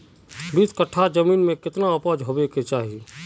बीस कट्ठा जमीन में कितने उपज होबे के चाहिए?